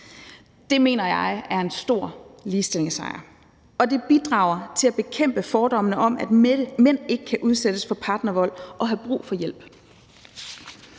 Det mener jeg er en stor ligestillingssejr, og det bidrager til at bekæmpe fordommene om, at mænd ikke kan udsættes for partnervold og have brug for hjælp.